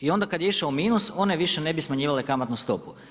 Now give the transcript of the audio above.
I onda kada je išao u minus one više ne bi smanjivale kamatnu stopu.